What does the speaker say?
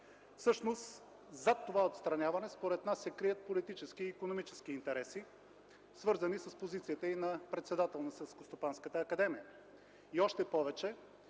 нас зад това отстраняване се крият политически и икономически интереси, свързани с позицията й на председател на Селскостопанската академия, още повече,